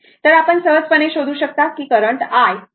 तर आपण सहजपणे शोधू शकता की करंट i काय आहे